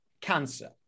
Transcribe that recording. cancer